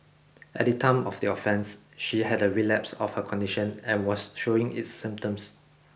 at the time of the offence she had a relapse of her condition and was showing its symptoms